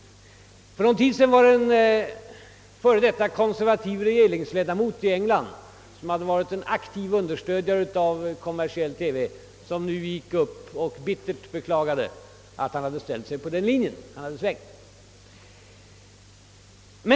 För någon tid sedan steg en engelsk konservativ och f.d. regeringsledamot upp, han hade varit en aktiv understödjare av kommersiell TV, och beklagade bittert att han stött förslaget om kommersiell TV. Han hade alltså svängt om.